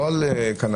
לא על קנאביס.